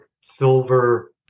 silver